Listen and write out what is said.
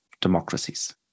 democracies